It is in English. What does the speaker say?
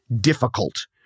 difficult